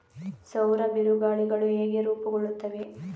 ಸೌರ ಬಿರುಗಾಳಿಗಳು ಹೇಗೆ ರೂಪುಗೊಳ್ಳುತ್ತವೆ?